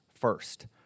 first